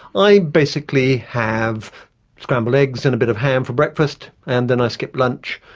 i basically have scrambled eggs and a bit of ham for breakfast, and then i skip lunch,